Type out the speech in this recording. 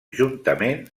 juntament